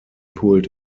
pulled